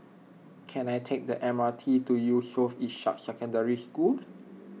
can I take the M R T to Yusof Ishak Secondary School